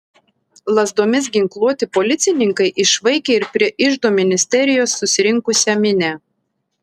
lazdomis ginkluoti policininkai išvaikė ir prie iždo ministerijos susirinksią minią